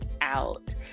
out